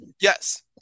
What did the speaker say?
Yes